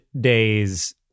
days